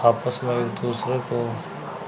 آپس میں ایک دوسرے کو